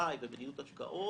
אשראי ומדיניות השקעות